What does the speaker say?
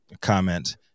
comment